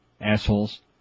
assholes